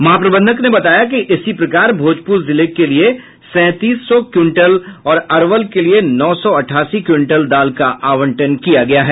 महाप्रबंधक ने बताया कि इसी प्रकार भोजपुर जिले के लिये सैंतीस सौ क्विंटल और अरवल के लिये नौ सौ अठासी क्विंटल दाल का आवंटन किया गया है